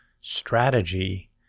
strategy